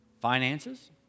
Finances